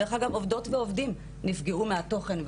דרך אגב עובדות ועובדים נפגעו מהתוכן,